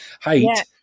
height